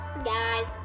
Guys